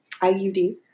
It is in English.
IUD